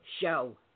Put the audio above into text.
show